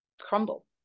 crumble